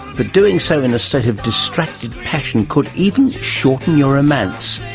but doing so in a state of distracted passion could even shorten your romance,